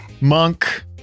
Monk